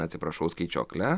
atsiprašau skaičiuokle